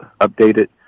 updated